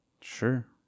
Sure